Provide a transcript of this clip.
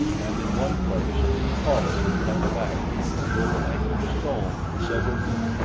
and in one place a deep hollow ran back beneath the overhanging stone for several feet,